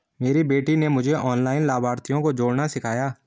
मेरी बेटी ने मुझे ऑनलाइन लाभार्थियों को जोड़ना सिखाया